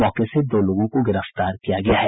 मौके से दो लोगों को गिरफ्तार किया गया है